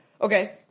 okay